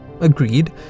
agreed